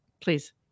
Please